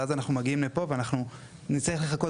ואז אנחנו מגיעים לפה ואנחנו נצטרך לחכות